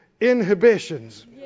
inhibitions